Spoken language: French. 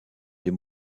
des